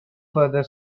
further